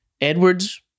edwards